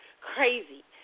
crazy